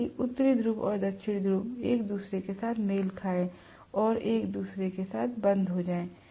ताकि उत्तरी ध्रुव और दक्षिणी ध्रुव एक दूसरे के साथ मेल खाएं और एक दूसरे के साथ बंद हो जाएं